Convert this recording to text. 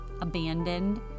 abandoned